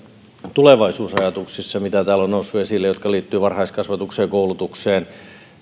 tulevaisuusajatuksissa mitä täällä on noussut esille jotka liittyvät varhaiskasvatukseen koulutukseen